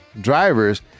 drivers